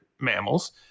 mammals